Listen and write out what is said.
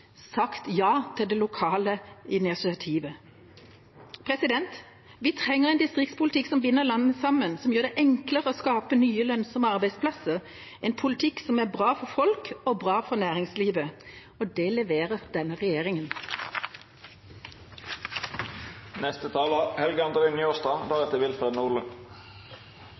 til det lokale initiativet. Vi trenger en distriktspolitikk som binder landet sammen, og som gjør det enklere å skape nye, lønnsomme arbeidsplasser – en politikk som er bra for folk og bra for næringslivet. Det leverer denne